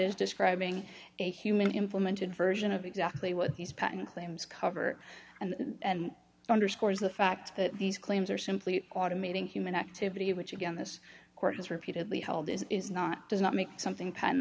is describing a human implemented version of exactly what these patent claims cover and underscores the fact that these claims are simply automating human activity which again this court has repeatedly held is not does not make something p